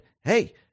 hey